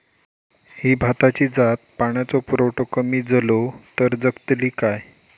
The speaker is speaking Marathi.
ही भाताची जात पाण्याचो पुरवठो कमी जलो तर जगतली काय?